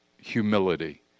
humility